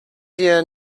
dir